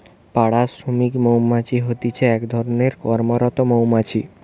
পাড়া শ্রমিক মৌমাছি হতিছে এক ধরণের কর্মরত মৌমাছি